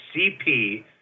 cp